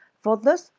for this,